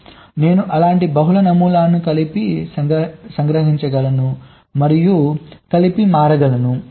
కాబట్టి నేను అలాంటి బహుళ నమూనాలను కలిపి సంగ్రహించగలను మరియు కలిపి మారగలను